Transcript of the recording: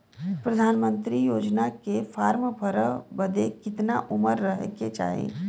प्रधानमंत्री योजना के फॉर्म भरे बदे कितना उमर रहे के चाही?